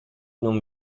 non